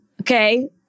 Okay